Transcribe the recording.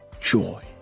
joy